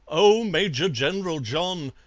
oh! major-general john,